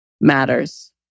matters